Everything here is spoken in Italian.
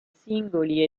singoli